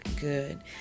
good